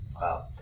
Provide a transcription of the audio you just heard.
Wow